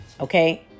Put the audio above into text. okay